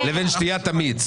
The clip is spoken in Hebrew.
שתיית המיץ.